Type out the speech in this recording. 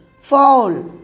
Fall